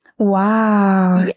wow